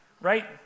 right